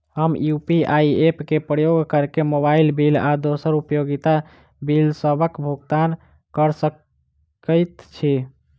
हम UPI app क उपयोग करके मोबाइल बिल आ दोसर उपयोगिता बिलसबक भुगतान कर सकइत छि